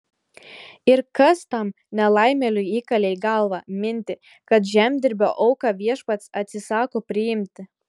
ir kas tam nelaimėliui įkalė į galvą mintį kad žemdirbio auką viešpats atsisako priimti